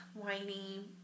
whiny